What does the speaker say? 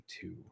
Two